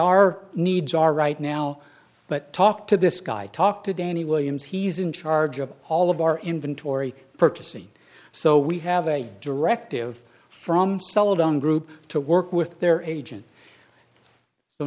our needs are right now but talk to this guy talk to danny williams he's in charge of all of our inventory purchases so we have a directive from celadon group to work with their agent